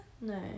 No